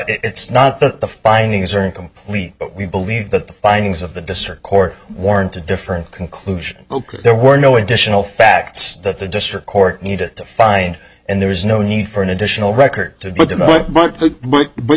it's not the findings are incomplete but we believe that the findings of the district court warrant a different conclusion that there were no additional facts that the district court needed to find and there is no need for an additional record to but what but but